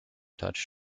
touch